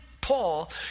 Paul